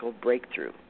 breakthrough